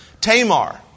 Tamar